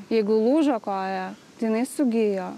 jeigu lūžo koja tai jinai sugijo